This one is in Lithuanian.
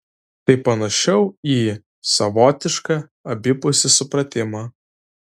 tai panašiau į savotišką abipusį supratimą